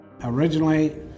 Originally